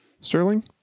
Sterling